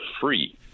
free